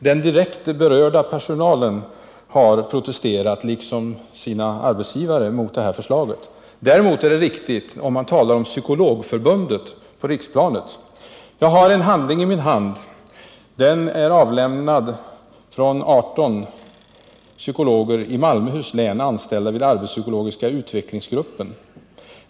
Den direkt berörda personalen har protesterat, liksom arbetsgivarna, mot det här förslaget. Däremot är det riktigt om man talar om Psykologförbundet på riksplanet. Jag har en handling i min hand som är avlämnad av 18 psykologer i Malmöhus län, anställda vid Arbetspsykologiska utvecklingsgruppen.